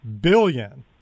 billion